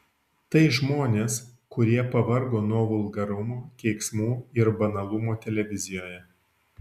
tai žmonės kurie pavargo nuo vulgarumo keiksmų ir banalumo televizijoje